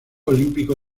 olímpico